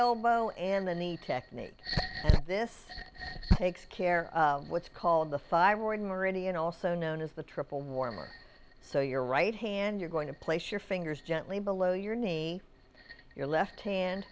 elbow and the knee technique this takes care of what's called the fibroid meridian also known as the triple warmer so your right hand you're going to place your fingers gently below your knee your left hand